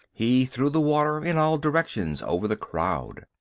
he threw the water in all directions over the crowd.